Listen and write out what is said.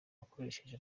wakoresheje